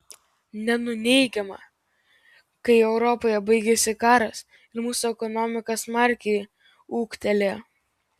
nenuneigiama kai europoje baigėsi karas ir mūsų ekonomika smarkiai ūgtelėjo